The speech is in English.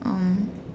um